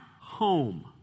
home